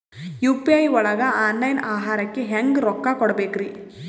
UPI ಒಳಗ online ಆಹಾರಕ್ಕೆ ಹೆಂಗ್ ರೊಕ್ಕ ಕೊಡಬೇಕ್ರಿ?